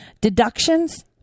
deductions